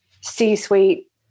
C-suite